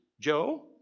Joe